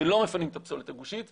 שלא מפנים את הפסולת הגושית,